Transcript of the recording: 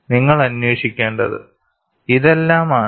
നിങ്ങൾ അന്വേഷിക്കേണ്ടതു ഇതെല്ലാം ആണ്